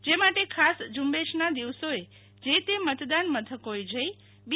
જે માટે ખાસ ઝુંબેશના દિવસોએ મતદાન મથકોએ જઈ બી